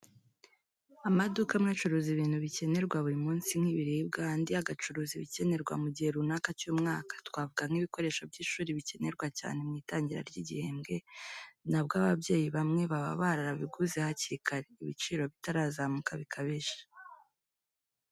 Amaduka amwe acuruza ibintu bikenerwa buri munsi nk'ibiribwa, andi yo agacuruza ibikenerwa mu gihe runaka cy'umwaka, twavuga nk'ibikoresho by'ishuri bikenerwa cyane mu itangira ry'igihembwe, na bwo ababyeyi bamwe baba barabiguze hakiri kare, ibiciro bitarazamuka bikabije.